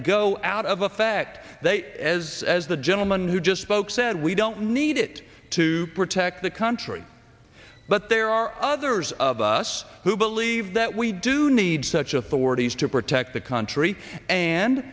go out of effect as as the gentleman who just spoke said we don't need it to protect the country but there are others of us who believe that we do need such authorities to protect the country and